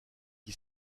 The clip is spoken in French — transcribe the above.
qui